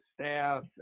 staff